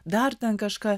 dar ten kažką